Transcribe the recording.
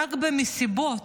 רק במסיבות,